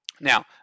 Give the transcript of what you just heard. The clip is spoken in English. Now